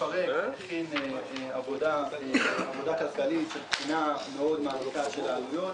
המפרק הכין בחינה מאוד מעמיקה של העלויות.